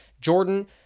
Jordan